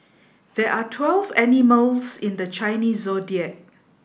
there are twelve animals in the Chinese Zodiac